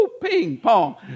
ping-pong